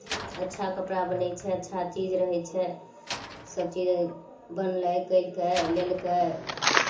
अच्छा कपड़ा बनै छै अच्छा चीज रहै छै सभचीज बनलै कयलकै लेलकै